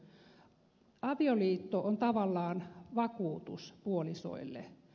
avioliitto on tavallaan vakuutus puolisoille